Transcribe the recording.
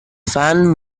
fan